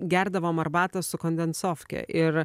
gerdavom arbatą su kondensofke ir